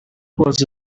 was